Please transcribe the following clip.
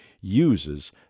uses